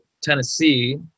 Tennessee